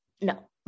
no